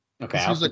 Okay